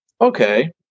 okay